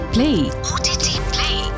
Play